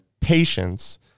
patience